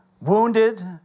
wounded